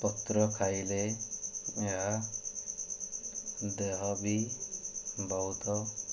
ପତ୍ର ଖାଇଲେ ଏହା ଦେହ ବି ବହୁତ